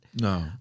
No